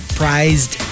prized